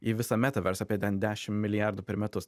į visą metavers apie ten dešim milijardų per metus